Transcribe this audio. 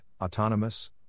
autonomous